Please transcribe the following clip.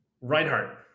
Reinhardt